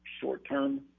short-term